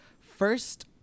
first